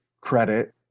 credit